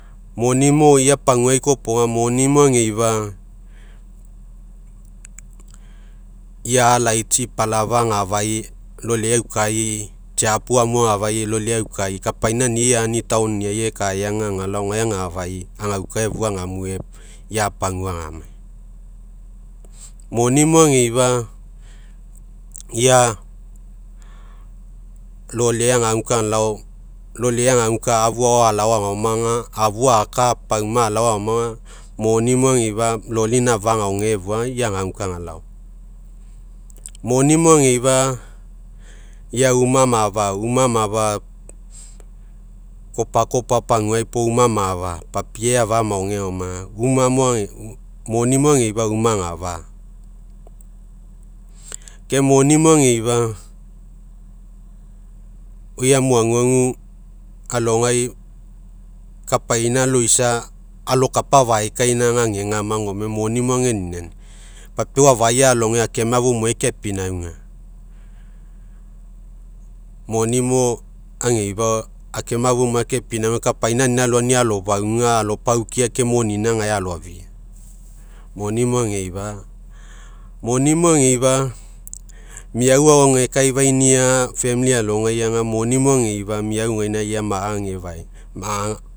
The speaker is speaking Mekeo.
Moni mo ia pagua kopoga moni mo ageifa ia latsi palafa agafai loliai agaukai tsiapu amu afai loliai aukai, kapaina ani'i ani taonia else aga agalao gae aga'afa agauka efua agamue ia pagua agamai. Moni mo ageifa ia loliai agaguka agalao loliai agaguka afu ao alao agaoma aga afu aka pauma also agaoma aga moni mo ageifa ia loli gaina afa agaoge efua ia agaguka agalao. Moni mo ageifa ia uma amaafa uma amaafa kopakopa paguai puo uma amaafa papie afa amaoge uma mo moni mo ageifa uma aga'afa. Ke moni mo ageifa oi emi aguagu alogai kapaina loisa alokapa afaekaina aga agegama gome moni ageniniani papiau afai aloge akemai afumuai akepinauga moni mo ageifa akemai afumuai akepinauga kapaina anina alofauga alopaukia ke monina gae aloafia moni mo ageifa, moni mo ageifa meau ao agekaifainia famili alogai aga moni mo ageifa meau gaina is